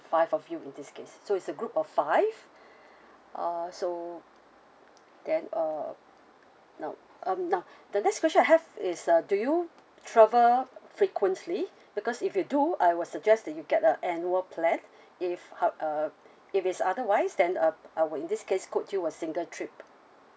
five of you in this case so it's a group of five uh so then uh now um now the next question I have is uh do you travel frequently because if you do I would suggest that you get a annual plan if ho~ uh if it's otherwise then uh I will in this case quote you a single trip